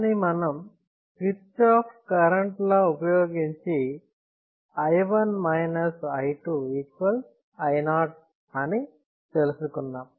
కానీ మనం Kirchhoff current law ఉపయోగించి i 1 i 2 i 0 అని తెలుసుకున్నాం